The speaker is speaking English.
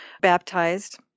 baptized